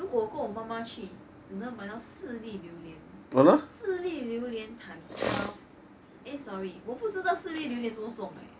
如果我跟我妈妈去只能买到四粒榴莲四粒榴莲 times twelves eh sorry 我不知道四粒榴莲多重 eh